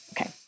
Okay